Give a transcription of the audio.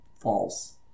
False